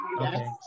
Yes